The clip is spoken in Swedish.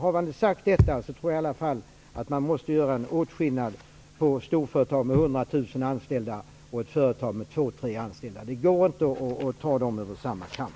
Trots det tror jag att man måste göra åtskillnad mellan storföretag med Det går inte att dra dem över en kam.